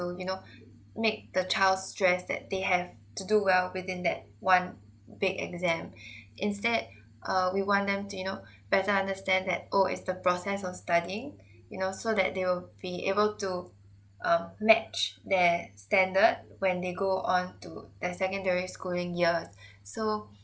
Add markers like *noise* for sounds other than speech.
you know make the child stress that they have to do well within that one big exam *breath* instead err we want them to you know better understand that oh is the process of studying you know so that they will be able to uh match their standard when they go on to their secondary schooling year so